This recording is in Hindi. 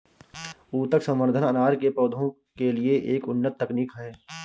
ऊतक संवर्धन अनार के पौधों के लिए एक उन्नत तकनीक है